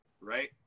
right